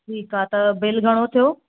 ठीकु आहे त बिल घणो थियो